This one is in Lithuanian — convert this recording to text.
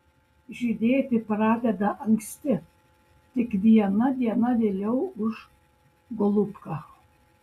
žydėti pradeda anksti tik viena diena vėliau už golubką